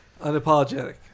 Unapologetic